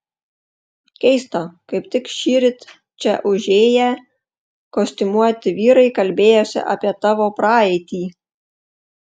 keista kaip tik šįryt čia užėję kostiumuoti vyrai kalbėjosi apie tavo praeitį